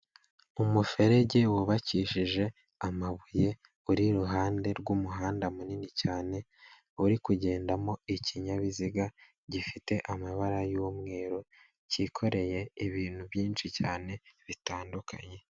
Umuferege wubakishije amabuye uri iruhande rw'umuhanda munini cyane, uri kugendamo ikinyabiziga gifite amabara y'umweru cyikoreye ibintu byinshi cyane bitandukanye.